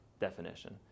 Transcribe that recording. definition